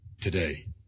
today